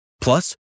Plus